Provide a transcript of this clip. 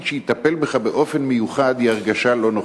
שיטפל בך באופן מיוחד היא הרגשה לא נוחה.